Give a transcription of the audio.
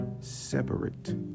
separate